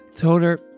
Toner